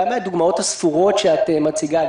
גם מהדוגמאות הספורות שאת מציגה,